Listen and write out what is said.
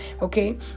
Okay